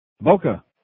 Boca